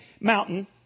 mountain